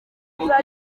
gukora